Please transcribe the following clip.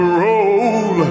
roll